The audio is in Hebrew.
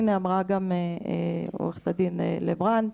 והנה אמרה גם עוה"ד לב רן,